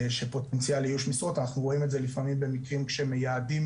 אנחנו רואים את זה לפעמים במקרים כשמייעדים